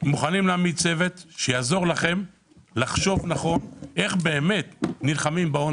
מוכנים להעמיד צוות שיעזור לכם לחשוב נכון איך באמת נלחמים בהון